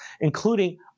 including